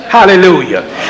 Hallelujah